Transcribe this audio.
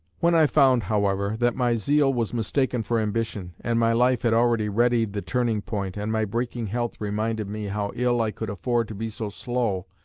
when i found, however, that my zeal was mistaken for ambition, and my life had already readied the turning-point, and my breaking health reminded me how ill i could afford to be so slow,